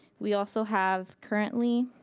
we also have, currently,